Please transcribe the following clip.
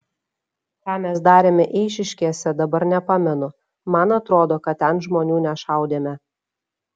ką mes darėme eišiškėse dabar nepamenu man atrodo kad ten žmonių nešaudėme